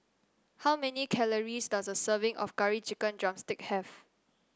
how many calories does a serving of Curry Chicken drumstick have